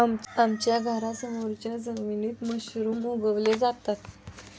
आमच्या घरासमोरच्या जमिनीत मशरूम उगवले जातात